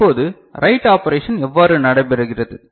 இப்போது right operation எவ்வாறு நடைபெறுகிறது